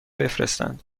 بفرستند